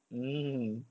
hmm